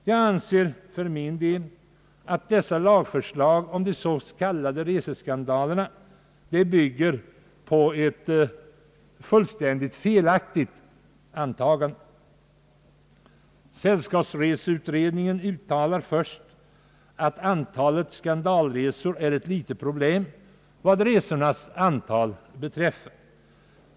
Jag anser för min del att det föreliggande lagförslaget mot s.k. reseskandaler bygger på ett fullkomligt felaktigt antagande. Sällskapsreseutredningen uttalade först att antalet skandalresor är ett litet problem vad resornas antal beträffar.